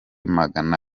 magana